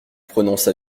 prononça